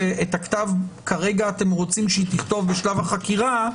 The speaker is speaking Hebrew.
הכתב כרגע אתם רוצים שתכתוב בשלב החקירה,